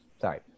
sorry